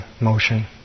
motion